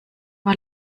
war